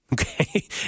Okay